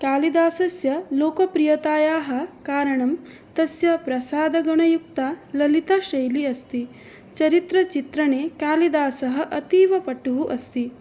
कालिदासस्य लोकप्रियतायाः कारणं तस्य प्रसादगुणयुक्तललितशैली अस्ति चरित्रचित्रणे कालिदासः अतीव पटुः अस्ति